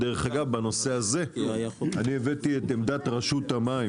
דרך אגב, בנושא הזה אני הבאתי את עמדת רשות המים